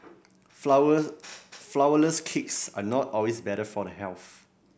flour flourless cakes are not always better for the health